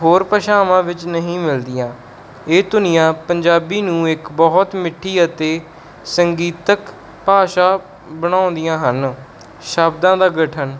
ਹੋਰ ਭਾਸ਼ਾਵਾਂ ਵਿੱਚ ਨਹੀਂ ਮਿਲਦੀਆਂ ਇਹ ਧੁਨੀਆਂ ਪੰਜਾਬੀ ਨੂੰ ਇੱਕ ਬਹੁਤ ਮਿੱਠੀ ਅਤੇ ਸੰਗੀਤਕ ਭਾਸ਼ਾ ਬਣਾਉਂਦੀਆਂ ਹਨ ਸ਼ਬਦਾਂ ਦਾ ਗਠਨ